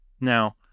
Now